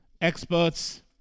experts